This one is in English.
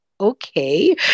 Okay